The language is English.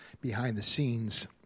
behind-the-scenes